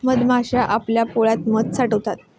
मधमाश्या आपल्या पोळ्यात मध साठवतात